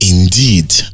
indeed